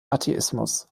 atheismus